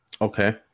Okay